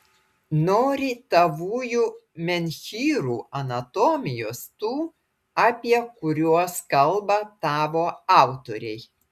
nori tavųjų menhyrų anatomijos tų apie kuriuos kalba tavo autoriai